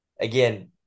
Again